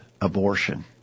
abortion